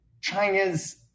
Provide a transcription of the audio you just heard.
China's